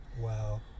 Wow